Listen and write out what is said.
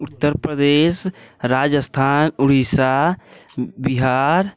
Uttar Pradesh Rajasthan Orissa Bihar